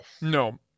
no